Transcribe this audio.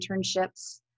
internships